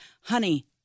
Honey